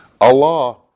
Allah